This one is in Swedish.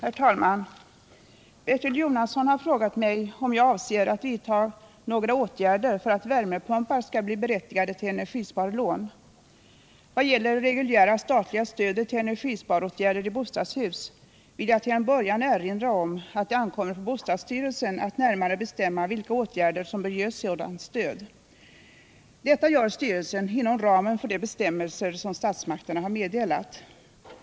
152, och anförde: Herr talman! Bertil Jonasson har frågat mig om jag avser att vidtaga några åtgärder för att värmepumpar skall bli berättigade till energisparlån. Vad gäller det reguljära statliga stödet till energisparåtgärder i bostadshus vill jag till en början erinra om att det ankommer på bostadsstyrelsen att närmare bestämma vilka åtgärder som bör ges sådant stöd. Detta gör styrelsen inom ramen för de bestämmelser som statsmakterna har meddelat.